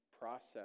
process